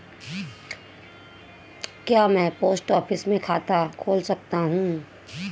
क्या मैं post office में खाता खोल सकता हूँ?